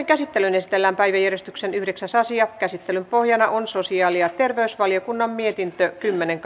käsittelyyn esitellään päiväjärjestyksen yhdeksäs asia käsittelyn pohjana on sosiaali ja terveysvaliokunnan mietintö kymmenen